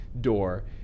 door